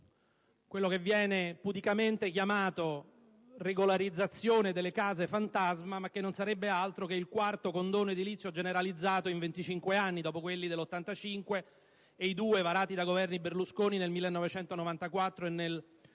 quello che viene pudicamente chiamato «regolarizzazione delle case fantasma», ma che non sarebbe altro che il quarto condono edilizio generalizzato in 25 anni, dopo quelli del 1985 e i due varati da Governi Berlusconi nel 1994 e nel